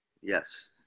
Yes